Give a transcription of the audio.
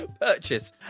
purchase